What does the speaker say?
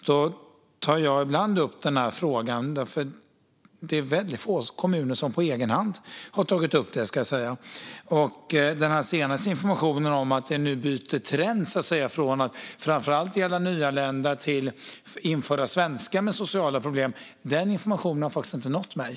Då tar jag ibland upp denna fråga, men det är få kommuner som har tagit upp den på egen hand. Den senaste informationen om att det är ett trendbyte nu, från att gälla framför allt nyanlända till att gälla infödda svenskar med sociala problem, har faktiskt inte nått mig.